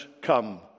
come